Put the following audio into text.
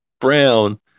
Brown